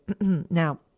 Now